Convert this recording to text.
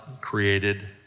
created